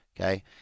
Okay